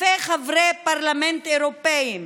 אלפי חברי פרלמנט אירופים,